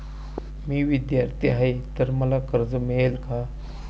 मी विद्यार्थी आहे तर मला कर्ज मिळेल का?